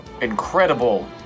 incredible